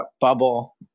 Bubble